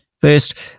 First